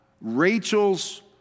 Rachel's